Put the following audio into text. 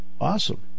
Awesome